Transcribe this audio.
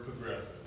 progressive